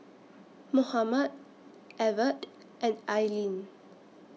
Mohamed Evert and Aylin